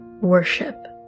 worship